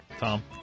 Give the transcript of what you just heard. Tom